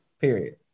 Period